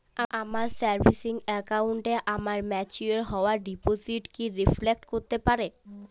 আমার সেভিংস অ্যাকাউন্টে আমার ম্যাচিওর হওয়া ডিপোজিট কি রিফ্লেক্ট করতে পারে?